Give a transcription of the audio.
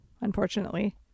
unfortunately